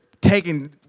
taking